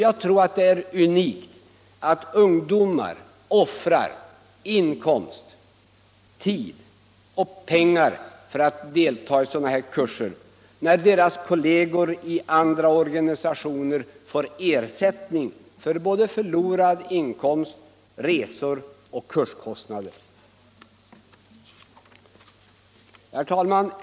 Jag tror att det är unikt att ungdomar offrar tid och pengar för att delta i sådana här kurser, när deras kollegor i andra organisationer får ersättning för förlorad inkomst, resor och kurskostnader. Herr talman!